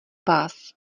vás